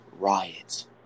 riots